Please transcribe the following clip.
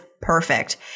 perfect